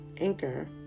Anchor